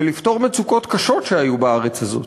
ולפתור מצוקות קשות שהיו בארץ הזאת,